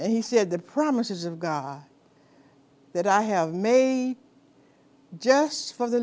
and he said the promises of god that i have made just for the